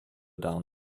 down